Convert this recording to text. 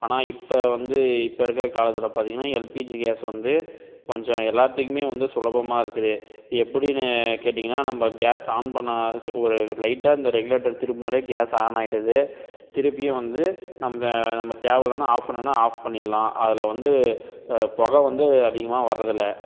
ஆனால் இப்போ வந்து இப்போ இருக்கிற காலத்தில் பார்த்தீங்கன்னா எல்பிஜி கேஸ் வந்து கொஞ்சம் எல்லாத்துக்குமே வந்து சுலபமாக இருக்குது எப்படின்னு கேட்டீங்கன்னா நம்ப கேஸ் ஆன் பண்ணிணா ஒரு லைட்டாக இந்த ரெகுலேட்டர் திருப்பினாலே கேஸ் ஆன் ஆயிடுது திருப்பியும் வந்து நம்ப நமக்கு தேவையில்லனா ஆஃப் பண்ணனுன்னா ஆஃப் பண்ணிடலாம் அதில் வந்து புகை வந்து அதிகமாக வரது இல்லை